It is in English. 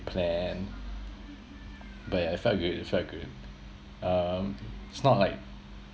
planned but I felt good it felt good um it's not like